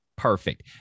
perfect